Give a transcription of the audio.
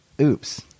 oops